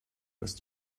ist